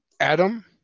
Adam